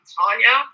Tanya